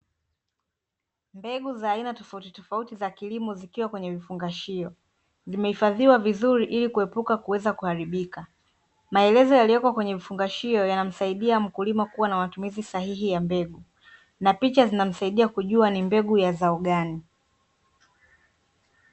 Mbegu za aina tofauti tofauti za kilimo zikiwa kwenye vifungashio, zimehifadhiwa vizuri ili kuepuka kuweza kuharibika. Maelezo yaliyopo kwenye vifungashio yanamsaidia mkulima kuwa na matumizi sahihi ya mbegu na picha zinamsaidia kujua ni mbegu ya zao gani